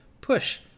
Push